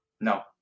No